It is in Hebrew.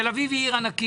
תל אביב היא עיר ענקית,